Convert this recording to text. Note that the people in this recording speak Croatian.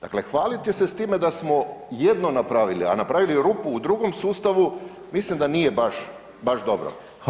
Dakle, hvaliti se s time da smo jedno napravili, a napravili rupu u drugom sustavu mislim da nije baš dobro.